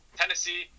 Tennessee